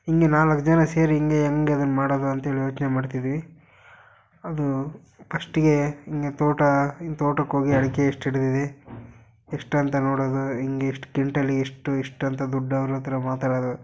ಹೀಗೆ ನಾಲ್ಕು ಜನ ಸೇರಿ ಹೀಗೆ ಹೆಂಗೆ ಅದನ್ನು ಮಾಡದು ಅಂತೇಳಿ ಯೋಚನೆ ಮಾಡ್ತಿದ್ವಿ ಅದು ಪಸ್ಟ್ಗೆ ಹೀಗೆ ತೋಟ ಹಿಂಗೆ ತೋಟಕ್ಕೆ ಹೋಗಿ ಅಡಿಕೆ ಎಷ್ಟು ಹಿಡಿದಿದೆ ಎಷ್ಟಂತ ನೋಡೋದು ಹಿಂಗೆ ಎಷ್ಟು ಕಿಂಟಾಲಿಗೆ ಎಷ್ಟು ಎಷ್ಟಂತ ದುಡ್ಡು ಅವರತ್ರ ಮಾತಾಡೋದು